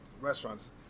restaurants